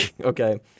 okay